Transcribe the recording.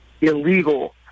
illegal